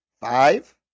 Five